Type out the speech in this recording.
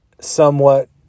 somewhat